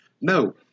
No